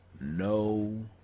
no